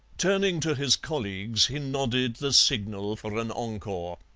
turning to his colleagues he nodded the signal for an encore.